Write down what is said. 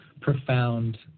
profound